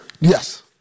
Yes